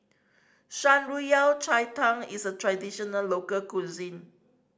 Shan Rui Yao Cai Tang is a traditional local cuisine